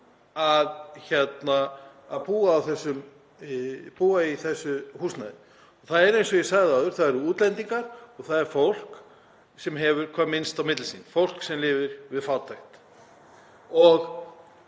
í raun í þessu húsnæði. Það eru, eins og ég sagði áður, útlendingar og það er fólk sem hefur hvað minnst á milli handanna, fólk sem lifir við fátækt.